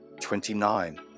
Twenty-nine